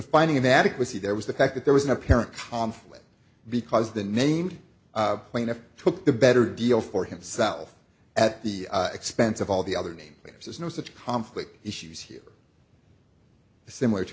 finding inadequacy there was the fact that there was an apparent conflict because the named plaintiff took the better deal for himself at the expense of all the other team players there's no such conflict issues here similar to